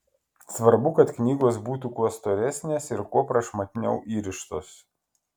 svarbu kad knygos būtų kuo storesnės ir kuo prašmatniau įrištos